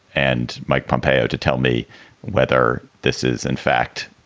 and mike pompeo to tell me whether this is, in fact,